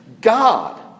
God